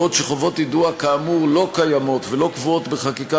בעוד שחובות יידוע כאמור לא קיימות ולא קבועות בחקיקה